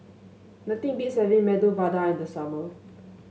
nothing beats having Medu Vada in the summer